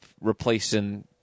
replacing